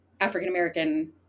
African-American